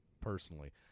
personally